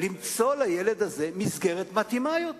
למצוא לילד הזה מסגרת מתאימה יותר.